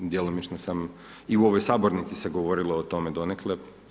Djelomično sam i u ovoj sabornici se govorilo o tome donekle.